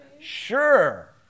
Sure